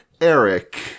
Eric